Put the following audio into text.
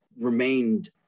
remained